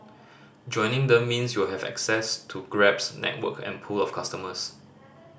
joining them means you'll have access to Grab's network and pool of customers